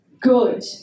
good